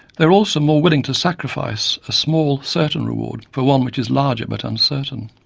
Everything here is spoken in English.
they are also more willing to sacrifice a small certain reward for one which is larger but uncertain.